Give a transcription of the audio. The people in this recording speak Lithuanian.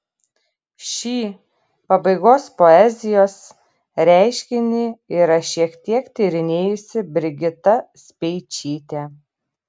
šį pabaigos poezijos reiškinį yra šiek tiek tyrinėjusi brigita speičytė